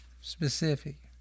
specific